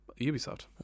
Ubisoft